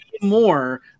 more